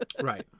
Right